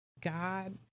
God